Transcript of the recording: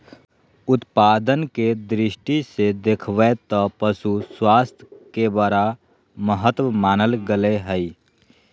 उत्पादन के दृष्टि से देख बैय त पशु स्वास्थ्य के बड़ा महत्व मानल गले हइ